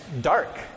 dark